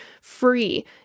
free